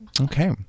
Okay